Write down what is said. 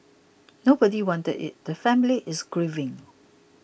nobody wanted it the family is grieving